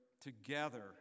together